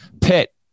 Pitt